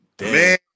Man